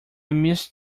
missed